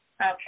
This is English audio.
Okay